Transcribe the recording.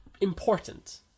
important